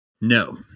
No